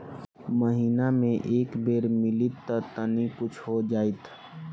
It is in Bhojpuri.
महीना मे एक बेर मिलीत त तनि कुछ हो जाइत